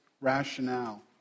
rationale